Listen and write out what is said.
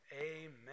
amen